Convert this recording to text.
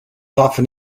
often